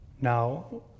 Now